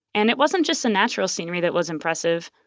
and it wasn't just the natural scenery that was impressive,